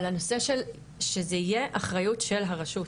אבל הנושא, שזה יהיה אחריות של הרשות,